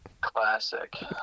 Classic